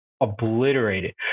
obliterated